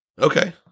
Okay